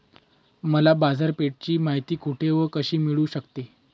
मला बाजारपेठेची माहिती कुठे व कशी मिळू शकते?